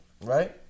Right